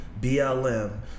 BLM